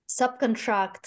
subcontract